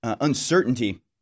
uncertainty